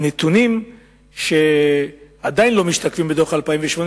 הנתונים שעדיין לא משתקפים בדוח 2008,